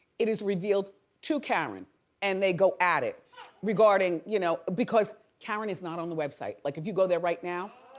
it is revealed to karen and they go at it and you know because karen is not on the website. like if you go there right now,